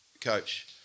Coach